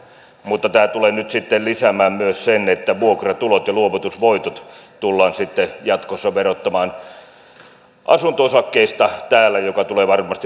mutta tämä tulee nyt sitten lisäämään myös sen että vuokratulot ja luovutusvoitot tullaan jatkossa verottamaan asunto osakkeista täällä mikä tulee varmasti vaikuttamaan